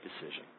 decision